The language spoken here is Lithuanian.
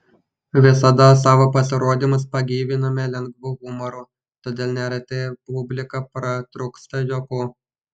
visada savo pasirodymus pagyviname lengvu humoru todėl neretai publika pratrūksta juoku